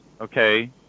okay